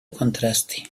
contraste